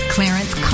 Clarence